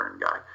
guy